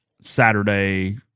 Saturday